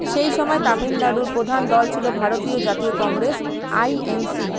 সেই সময় তামিলনাড়ুর প্রধান দল ছিলো ভারতীয় জাতীয় কংগ্রেস আই এন সি